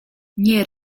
nie